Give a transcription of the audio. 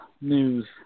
news